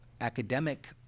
academic